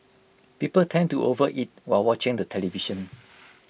people tend to overeat while watching the television